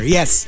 Yes